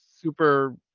Super